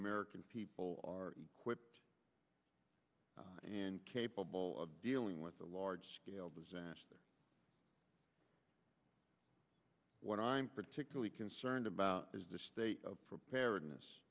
american people are quick and capable of dealing with a large scale disaster what i'm particularly concerned about is the state of preparedness